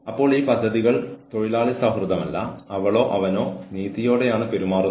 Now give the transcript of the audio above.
എപ്പോൾ എന്താണ് പ്രതീക്ഷിക്കുന്നതെന്ന് അവരോട് പറയുക